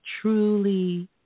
truly